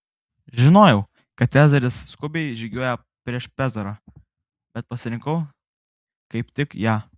žinojau kad cezaris skubiai žygiuoja prieš pezarą bet pasirinkau kaip tik ją